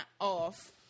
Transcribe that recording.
off